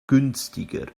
günstiger